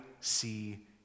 see